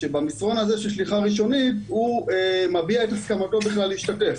שבמסרון הזה של שליחה ראשונית הוא מביע את הסכמתו בכלל להשתתף.